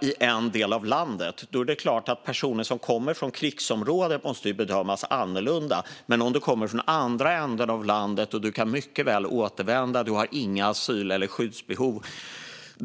i en viss del av landet är det klart att en person som kommer från krigsområdet måste bedömas annorlunda än en person som kommer från den andra ändan av landet och saknar asyl och skyddsbehov och därför mycket väl kan återvända.